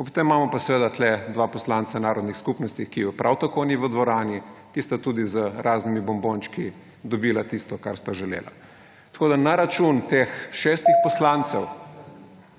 Ob tem imamo pa seveda tu dva poslanca narodnih skupnosti, ki ju prav tako ni v dvorani, ki sta tudi z raznimi bombončki dobila tisto, kar sta želela. Tako je na račun teh šestih poslancev